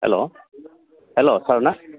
hello hello sir ना